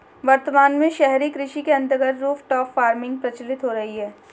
वर्तमान में शहरी कृषि के अंतर्गत रूफटॉप फार्मिंग प्रचलित हो रही है